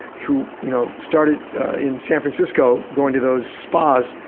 who you know started in san francisco going to those spas,